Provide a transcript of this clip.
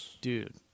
dude